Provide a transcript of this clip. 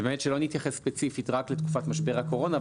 שבאמת שלא נתייחס ספציפית רק לתקופת משבר הקורונה,